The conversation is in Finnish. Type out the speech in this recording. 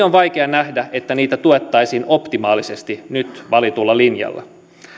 on vaikea nähdä että niitä tuettaisiin optimaalisesti nyt valitulla linjalla